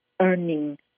earning